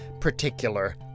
particular